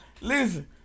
Listen